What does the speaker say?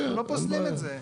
אנחנו לא פוסלים את זה.